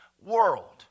world